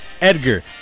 Edgar